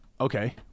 Okay